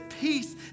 peace